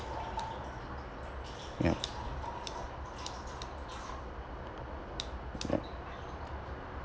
ya